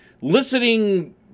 listening